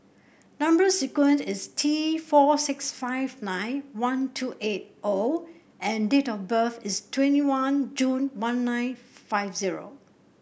number sequence is T four six five nine one two eight O and date of birth is twenty one June one nine five zero